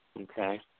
Okay